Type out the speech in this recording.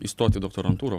įstot į doktorantūrą